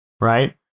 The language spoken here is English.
right